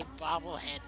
bobblehead